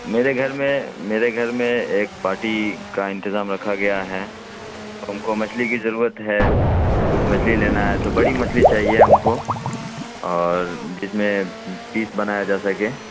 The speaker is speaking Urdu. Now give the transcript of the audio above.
میرے گھر میں میرے گھر میں ایک پارٹی کا انتظام رکھا گیا ہے تو ہم کو مچھلی کی ضرورت ہے کچھ مچھلی لینا ہے تو بڑی مچھلی چاہیے ہم کو اور جس میں پیس بنایا جا سکے